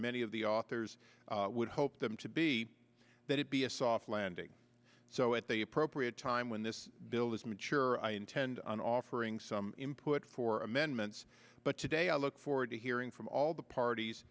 many of the authors would hope them to be that it be a soft landing so at the appropriate time when this bill is mature i intend on offering some input for amendments but today i look forward to hearing from all the parties